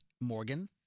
Morgan